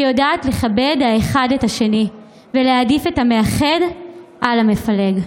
שיודעת לכבד האחד את האחר ולהעדיף את המאחד על המפלג.)